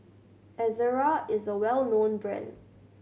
Ezerra is a well known brand